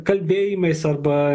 kalbėjimais arba